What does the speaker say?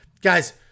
Guys